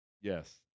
yes